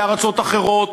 לארצות אחרות.